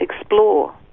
explore